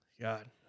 God